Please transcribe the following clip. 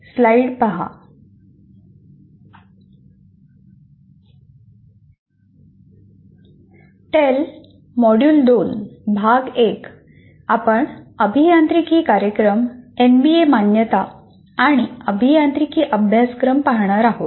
tail module 2 भाग 1 आपण अभियांत्रिकी कार्यक्रम एनबीए मान्यता आणि अभियांत्रिकी अभ्यासक्रम पाहणार आहोत